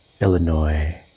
Illinois